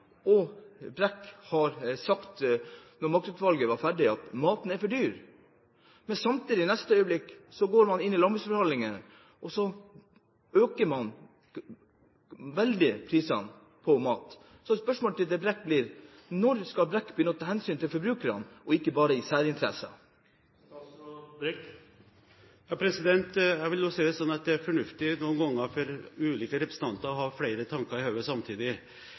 Og Brekk sa da Matkjedeutvalget var ferdig, at maten er for dyr. Men samtidig, i neste øyeblikk, går man inn i landbruksforhandlingene og øker prisene veldig på mat. Så spørsmålet til Brekk blir: Når skal Brekk begynne å ta hensyn til forbrukerne og ikke bare til særinteressene? Jeg vil nå si det sånn at det er fornuftig noen ganger for ulike representanter å ha flere tanker i hodet samtidig.